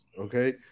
Okay